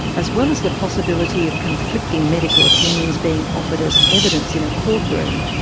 as well as the possibility of conflicting medical opinions being offered as evidence in a courtroom,